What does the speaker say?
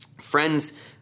friends